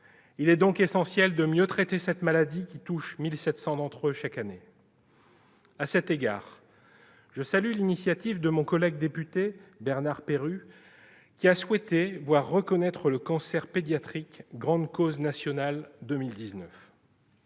Il est donc essentiel de mieux traiter cette maladie qui touche 1 700 d'entre eux chaque année. À cet égard, je salue l'initiative de mon collègue député Bernard Perrut qui a souhaité voir reconnaître le cancer pédiatrique grande cause nationale 2019.